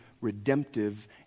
redemptive